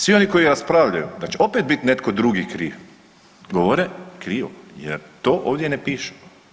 Svi oni koji raspravljaju da će opet bit netko drugi kriv govore krivo jer to ovdje ne piše.